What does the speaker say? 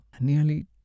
Nearly